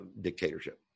dictatorship